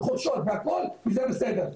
חורשות והכל וזה בסדר.